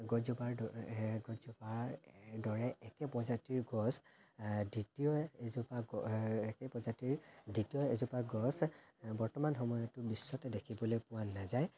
গছজোপাৰ দ গছজোপাৰ দৰে একে প্ৰজাতিৰ গছ দ্বিতীয় এজোপা গ একে প্ৰজাতিৰ দ্বিতীয় এজোপা গছ বৰ্তমান সময়ত বিশ্বতে দেখিবলৈ পোৱা নাযায়